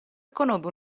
conobbe